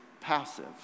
passive